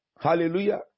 hallelujah